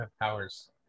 Powers